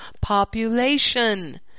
population